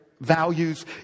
Values